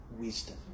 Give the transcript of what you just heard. wisdom